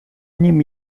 ним